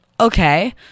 Okay